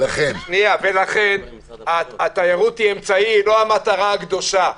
לכן התיירות היא אמצעי, לא המטרה הקדושה.